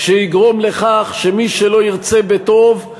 שיגרום לכך שמי שלא ירצה בטוב,